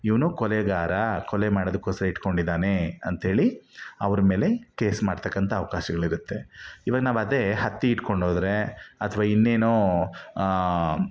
ಇವನು ಕೊಲೆಗಾರ ಕೊಲೆ ಮಾಡೋದಕ್ಕೋಸ್ಕರ ಇಟ್ಕೊಂಡಿದ್ದಾನೆ ಅಂಥೇಳಿ ಅವ್ರ ಮೇಲೆ ಕೇಸ್ ಮಾಡ್ತಕ್ಕಂಥ ಅವಕಾಶಗಳಿರುತ್ತೆ ಇವಾಗ ನಾವು ಅದೇ ಹತ್ತಿ ಇಟ್ಕೊಂಡೋದರೆ ಅಥ್ವಾ ಇನ್ನೇನೋ